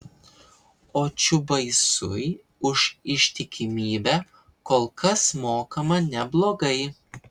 o čiubaisui už ištikimybę kol kas mokama neblogai